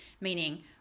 Meaning